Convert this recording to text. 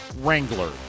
Wrangler